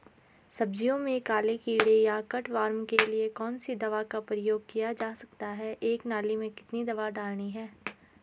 सब्जियों में काले कीड़े या कट वार्म के लिए कौन सी दवा का प्रयोग किया जा सकता है एक नाली में कितनी दवा डालनी है?